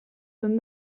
són